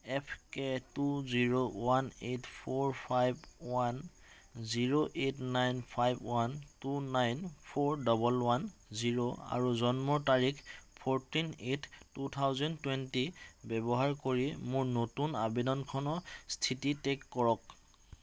এফকে two zero one eight four five one zero eight nine five one two nine four double one zero আৰু জন্মৰ তাৰিখ fourteen eight two thousand twenty ব্যৱহাৰ কৰি মোৰ নতুন আবেদনখনৰ স্থিতি ট্ৰেক কৰক